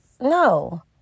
No